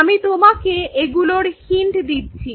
আমি তোমাকে এগুলোর হিন্ট দিচ্ছি